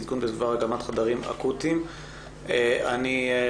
קידום הקמת חדרים אקוטיים באילת ובפריפריה.